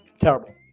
terrible